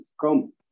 come